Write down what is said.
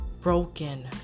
broken